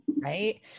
right